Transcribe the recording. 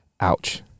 Ouch